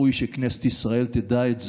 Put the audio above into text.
ראוי שכנסת ישראל תדע את זה.